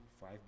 five